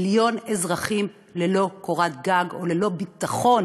מיליון אזרחים ללא קורת גג, או ללא ביטחון